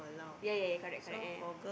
yea yea correct correct yea